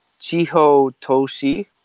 Chihotoshi